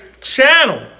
channel